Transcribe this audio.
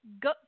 go